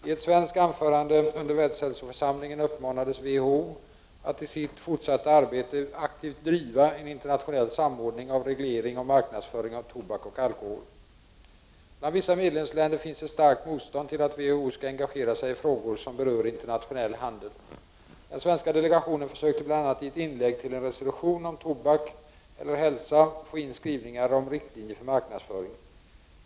I ett svenskt anförande under världshälsoförsamlingen uppmanades WHO att i sitt fortsatta arbete aktivt driva en internationell samordning av reglering av marknadsföring av tobak och alkohol. Bland vissa medlemsländer finns ett starkt motstånd till att WHO skall engagera sig i frågor som berör internationell handel. Den svenska delegationen försökte bl.a. i ett tillägg till en resolution om tobak eller hälsa få in skrivningar om riktlinjer för marknadsföring.